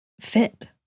fit